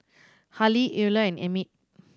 Hali Eola and Emit